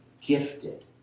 gifted